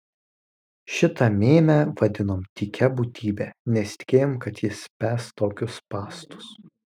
šitą mėmę vadinom tykia būtybe nesitikėjom kad jis spęs tokius spąstus